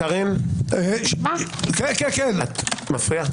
קארין, את מפריעה.